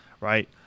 Right